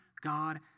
God